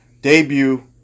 debut